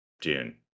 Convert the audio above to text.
june